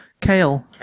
Kale